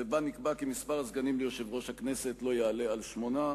ובה נקבע כי מספר הסגנים ליושב-ראש הכנסת לא יעלה על שמונה.